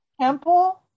temple